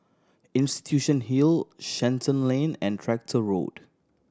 Institution Hill Shenton Lane and Tractor Road